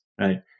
right